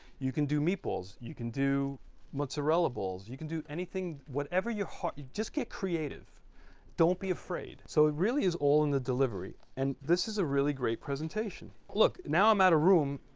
you can do meatballs. you can do mozzarella balls. you can do anything, whatever your heart, you just get creative don't be afraid so it really is all in the delivery and this is a really great presentation. look. now i'm out of room?